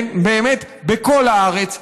באמת בכל הארץ,